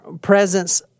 presence